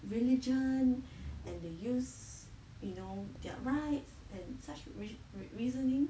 religion and the use you know their rights and such re reasoning